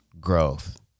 growth